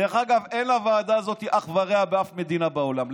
דרך אגב, אין לוועדה הזאת אח ורע באף מדינה בעולם.